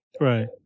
Right